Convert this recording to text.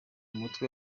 umutwe